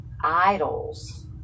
idols